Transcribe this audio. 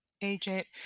agent